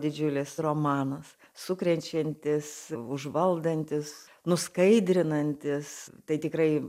didžiulis romanas sukrečiantys užvaldantys nuskaidrinantys tai tikrai